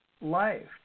life